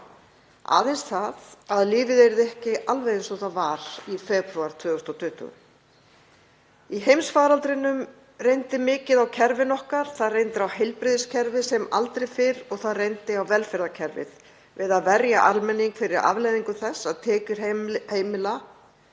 aðeins það að lífið yrði ekki alveg eins og það var í febrúar 2020. Í heimsfaraldrinum reyndi mikið á kerfin okkar, það reyndi á heilbrigðiskerfið sem aldrei fyrr og það reyndi á velferðarkerfið við að verja almenning fyrir afleiðingum þess að tekjur sumra